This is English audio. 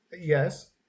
Yes